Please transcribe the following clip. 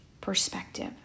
perspective